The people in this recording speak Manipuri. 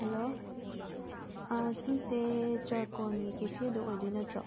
ꯍꯜꯂꯣ ꯁꯤꯁꯦ ꯆꯥꯔꯀꯣꯜꯒꯤ ꯀꯦꯐꯦꯗꯣ ꯑꯣꯏꯗꯣꯏ ꯅꯠꯇ꯭ꯔꯣ